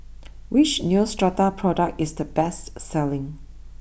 which Neostrata product is the best selling